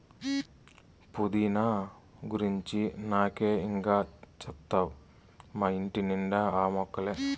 పుదీనా గురించి నాకే ఇం గా చెప్తావ్ మా ఇంటి నిండా ఆ మొక్కలే